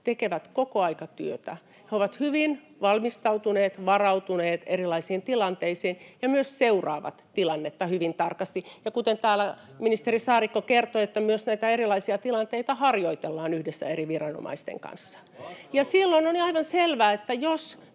tekevät koko ajan työtä. He ovat hyvin valmistautuneet ja varautuneet erilaisiin tilanteisiin ja myös seuraavat tilannetta hyvin tarkasti, ja kuten täällä ministeri Saarikko kertoi, näitä erilaisia tilanteita myös harjoitellaan yhdessä eri viranomaisten kanssa. [Vilhelm Junnila: Vastaus!] On aivan selvää, että jos